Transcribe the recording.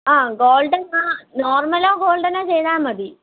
അ ഗോൾഡനോ നോർമലോ ഗോൾഡനോ ചെയ്താൽമതി